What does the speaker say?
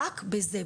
רק בזה,